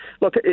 Look